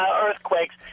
Earthquakes